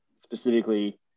specifically